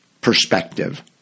perspective